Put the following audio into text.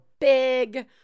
big